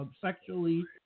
sexually